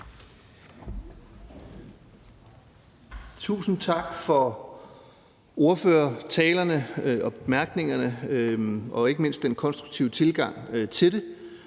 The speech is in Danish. Tusind tak for ordførertalerne og bemærkningerne og ikke mindst den konstruktive tilgang til det,